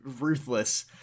ruthless